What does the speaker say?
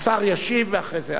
השר ישיב ואחרי זה,